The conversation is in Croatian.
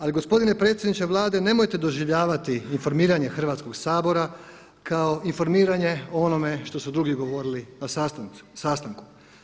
Ali gospodine predsjedniče Vlade nemojte doživljavati informiranje Hrvatskog sabora kao informiranje o onome što su drugi govorili na sastanku.